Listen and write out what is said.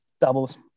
Doubles